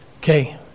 Okay